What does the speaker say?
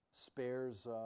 spares